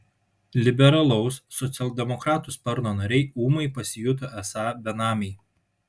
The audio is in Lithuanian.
liberalaus socialdemokratų sparno nariai ūmai pasijuto esą benamiai